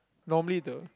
normally the